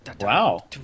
Wow